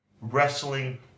Wrestling